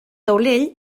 taulell